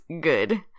good